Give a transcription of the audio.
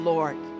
Lord